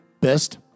Best